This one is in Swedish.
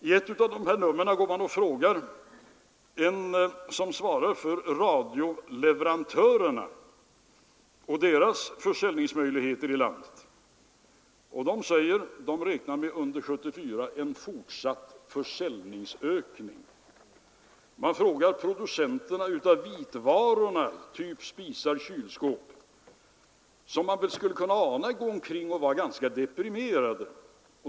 I ett av numren frågar man en som svarar för radioleverantörerna om deras försäljningsmöjligheter i landet. De räknar med en fortsatt försäljningsökning under 1974. Man frågar producenterna av vitvaror, typ spisar och kylskåp, vilka man skulle tro gick omkring och var ganska deprimerade.